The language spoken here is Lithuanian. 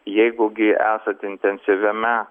jeigu gi esant intensyviame